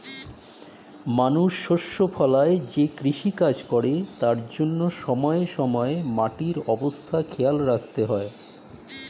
মানুষ শস্য ফলায় যে কৃষিকাজ করে তার জন্যে সময়ে সময়ে মাটির অবস্থা খেয়াল রাখতে হয়